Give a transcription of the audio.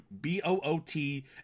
b-o-o-t